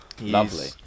Lovely